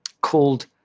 called